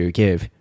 give